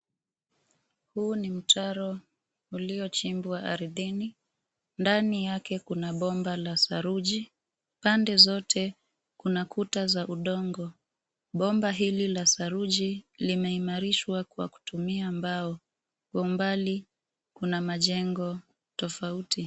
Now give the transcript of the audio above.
Huu ni mtaro uliochimbwa arthini ,ndani yake kuna bomba la saruji pande zote kuna kuta za udongo. Bomba hili la saruji linaimarishwa kwa kutumia mbao. Kwa umbali kuna majengo tofauti.